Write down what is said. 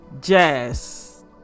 Jazz